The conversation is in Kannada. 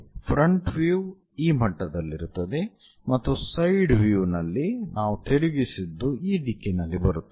ಫ್ರಂಟ್ ವ್ಯೂ ಈ ಮಟ್ಟದಲ್ಲಿರುತ್ತದೆ ಮತ್ತು ಸೈಡ್ ವ್ಯೂ ನಲ್ಲಿ ನಾವು ತಿರುಗಿಸಿದ್ದು ಈ ದಿಕ್ಕಿನಲ್ಲಿ ಬರುತ್ತದೆ